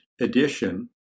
edition